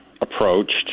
approached